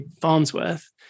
Farnsworth